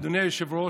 אדוני היושב-ראש.